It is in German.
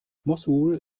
mossul